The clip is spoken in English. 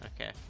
Okay